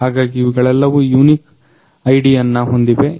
ಹಾಗಾಗಿ ಇವುಗಳೆಲ್ಲವೂ ಯುನಿಕ್ IDಯನ್ನ ಹೊಂದಿವೆ